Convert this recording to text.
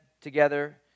together